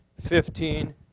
fifteen